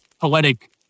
poetic